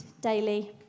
daily